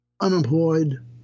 unemployed